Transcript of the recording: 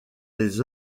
les